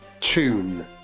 Tune